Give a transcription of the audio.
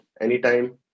anytime